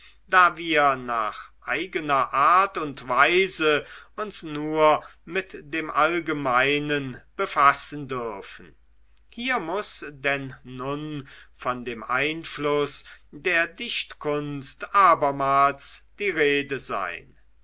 da wir nach eigener art und weise uns nur mit dem allgemeinsten befassen dürfen hier muß denn nun von dem einfluß der dichtkunst abermals die rede sein